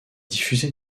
diffusé